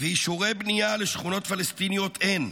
ואישורי בנייה לשכונות פלסטיניות אין.